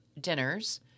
Dinners